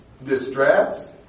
Distress